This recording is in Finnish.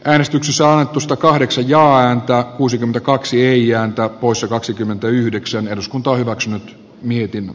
äänestyksessä hallitusta kahdeksi ja antaa kuusikymmentäkaksi ja taloudessa asuvien vanhempien tulojen osalta